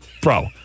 bro